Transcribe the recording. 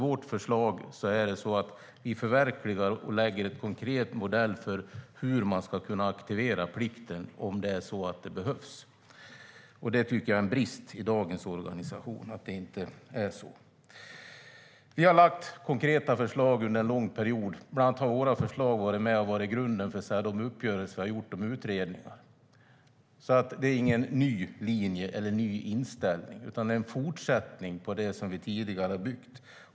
Vårt förslag förverkligar och lägger fram en konkret modell för hur man ska kunna aktivera plikten om det behövs. Jag tycker att det är en brist i dagens organisation att det inte är så. Vi har lagt fram konkreta förslag under en lång period. Bland annat har våra förslag varit med och legat till grund för de uppgörelser och utredningar vi har gjort. Det är alltså ingen ny linje eller inställning, utan det är en fortsättning på det vi tidigare har byggt.